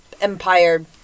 Empire